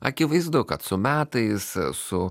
akivaizdu kad su metais su